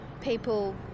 people